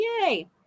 Yay